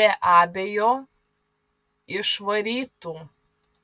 be abejo išvarytų